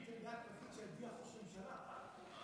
יש פקיד שהדיח ראש ממשלה, מה ההבדל?